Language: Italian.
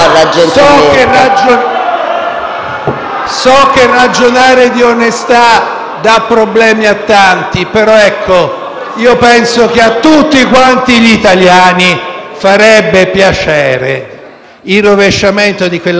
so che ragionare di onestà dà problemi a tanti, però io penso che a tutti quanti gli italiani farebbe piacere il rovesciamento di quella frase tristissima,